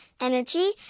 energy